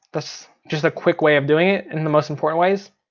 that's just a quick way of doing it and the most important ways.